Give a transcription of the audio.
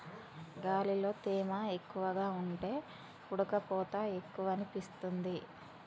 గాలిలో తేమ ఎక్కువగా ఉంటే ఉడుకపోత ఎక్కువనిపిస్తుంది